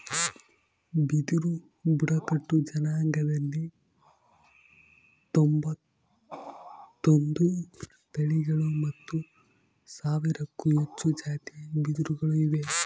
ಬಿದಿರು ಬುಡಕಟ್ಟು ಜನಾಂಗದಲ್ಲಿ ತೊಂಬತ್ತೊಂದು ತಳಿಗಳು ಮತ್ತು ಸಾವಿರಕ್ಕೂ ಹೆಚ್ಚು ಜಾತಿ ಬಿದಿರುಗಳು ಇವೆ